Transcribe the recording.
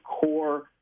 core